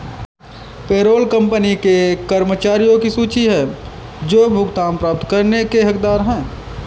payroll company के कर्मचारियों की सूची है जो भुगतान प्राप्त करने के हकदार हैं